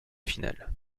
finale